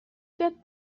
get